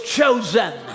chosen